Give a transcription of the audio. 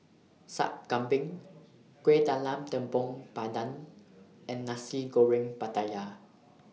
Sup Kambing Kuih Talam Tepong Pandan and Nasi Goreng Pattaya